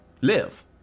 live